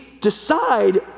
decide